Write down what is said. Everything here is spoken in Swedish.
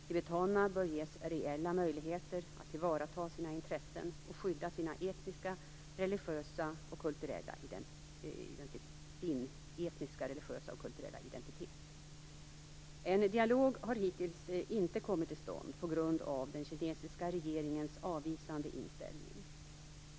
Tibetanerna bör ges reella möjligheter att tillvarata sina intressen och skydda sin etniska, religiösa och kulturella identitet. En dialog har hittills inte kommit till stånd på grund av den kinesiska regeringens avvisande inställning.